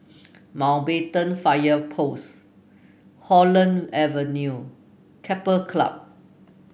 Mountbatten Fire Post Holland Avenue Keppel Club